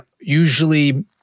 usually